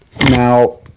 Now